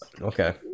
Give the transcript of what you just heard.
Okay